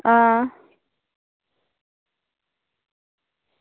आं